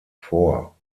vor